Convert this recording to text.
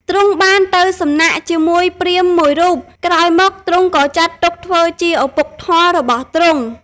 ទ្រង់បានទៅសំណាក់ជាមួយព្រាហ្មណ៍មួយរូប ក្រោយមកទ្រង់ក៏ចាត់ទុកធ្វើជាឪពុកធម៌របស់ទ្រង់។